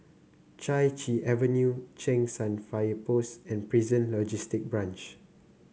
Chai Chee Avenue Cheng San Fire Post and Prison Logistic Branch